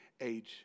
age